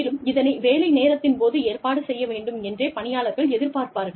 மேலும் இதனை வேலை நேரத்தின் போது ஏற்பாடு செய்ய வேண்டும் என்றே பணியாளர்கள் எதிர்பார்ப்பார்கள்